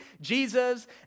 Jesus